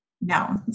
No